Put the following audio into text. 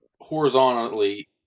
horizontally